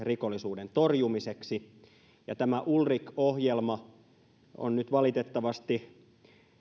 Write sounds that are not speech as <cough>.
<unintelligible> rikollisuuden torjumiseksi tämä ulrik ohjelma on nyt valitettavasti